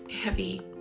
heavy